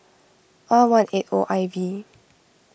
R one eight O I V